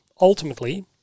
ultimately